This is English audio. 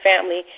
family